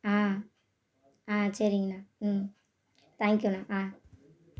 ஆ ஆ சரிங்கண்ணா ம் தேங்க்யூண்ணா ஆ